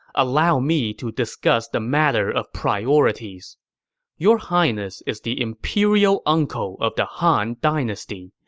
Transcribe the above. allow me to discuss the matter of priorities your highness is the imperial uncle of the han dynasty,